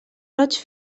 roig